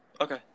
Okay